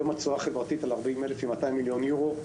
היום התשואה החברתית על 40,000 היא 200 מיליון אירו.